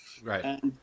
Right